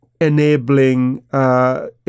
enabling